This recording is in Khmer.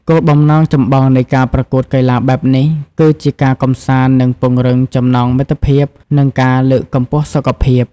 គោលបំណងចម្បងនៃការប្រកួតកីឡាបែបនេះ គឺជា ការកម្សាន្ត ការពង្រឹងចំណងមិត្តភាព និងការលើកកម្ពស់សុខភាព។